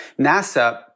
NASA